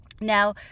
Now